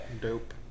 Dope